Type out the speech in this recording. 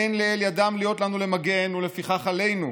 אין לאל ידם להיות לנו למגן ולסוכך עלינו.